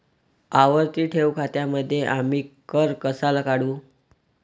आवर्ती ठेव खात्यांमध्ये आम्ही कर कसा काढू?